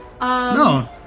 no